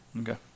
Okay